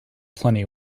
plenty